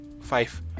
five